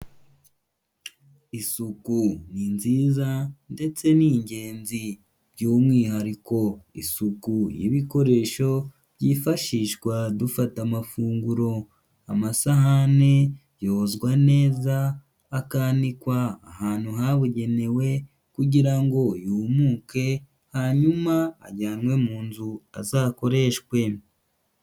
Isuku ni nziza ndetse ni ingenzi by'umwihariko isuku y'ibikoresho byifashishwa dufata amafunguro, amasahani yozwa neza akanikwa ahantu habugenewe kugira ngo yumuke, hanyuma ajyanwe mu nzu azakoreshwe.